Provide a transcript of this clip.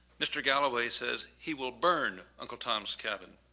mr. galloway says he will burn uncle tom's cabin.